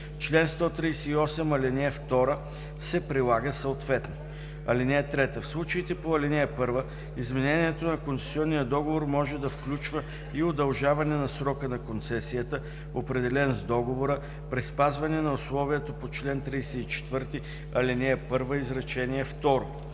Член 138, ал. 2 се прилага съответно. (3) В случаите по ал. 1 изменението на концесионния договор може да включва и удължаване на срока на концесията, определен с договора, при спазване на условието по чл. 34, ал. 1, изречение